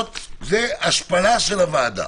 זו השפלה של הוועדה,